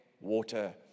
water